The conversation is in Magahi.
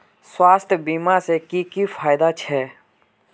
स्वास्थ्य बीमा से की की फायदा छे?